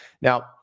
Now